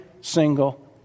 single